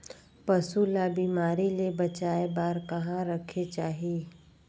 पशु ला बिमारी ले बचाय बार कहा रखे चाही?